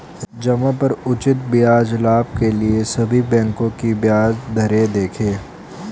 जमा पर उचित ब्याज लाभ के लिए सभी बैंकों की ब्याज दरें देखें